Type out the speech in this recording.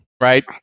Right